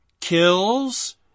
kills